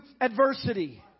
adversity